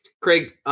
Craig